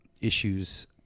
issues